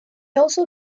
also